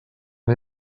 han